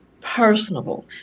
Personable